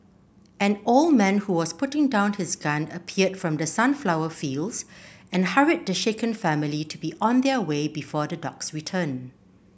an old man who was putting down his gun appeared from the sunflower fields and hurried the shaken family to be on their way before the dogs return